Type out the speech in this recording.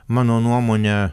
mano nuomone